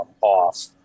off